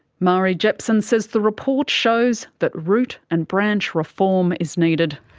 marie jepson says the report shows that root and branch reform is needed.